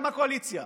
גם הקואליציה,